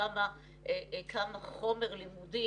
כמה חומר לימודי